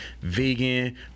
vegan